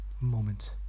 moments